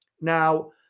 Now